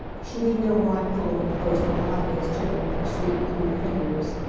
she leaned over my pillow and closed my eyelids gently with her sweet, cool fingers.